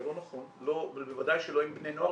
זה לא נכון ובוודאי שלא עם בני נוער,